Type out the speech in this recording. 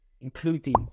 including